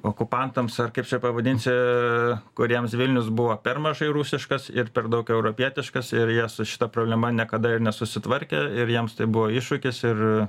okupantams ar kaip čia pavadinsi kuriems vilnius buvo per mažai rusiškas ir per daug europietiškas ir jie su šita problema niekada ir nesusitvarkė ir jiems tai buvo iššūkis ir